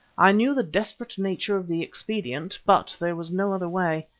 i knew the desperate nature of the expedient, but there was no other way.